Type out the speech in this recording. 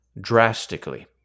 drastically